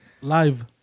Live